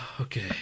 Okay